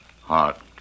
Heart